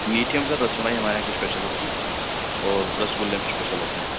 میٹھے میں سر رس ملائی ہمارے یہاں کی اسپیشل ہوتی ہے اور رس گلے بھی اسپیشل ہوتے ہیں